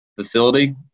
facility